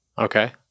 Okay